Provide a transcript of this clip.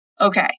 Okay